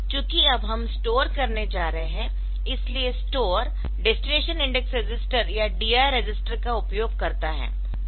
चूंकि अब हम स्टोर करने जा रहे है इसलिए स्टोर STOSडेस्टिनेशन इंडेक्स रजिस्टर या DI रजिस्टर का उपयोग करता है